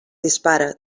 dispara